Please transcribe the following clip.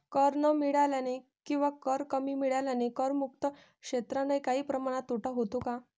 कर न मिळाल्याने किंवा कर कमी मिळाल्याने करमुक्त क्षेत्रांनाही काही प्रमाणात तोटा होतो का?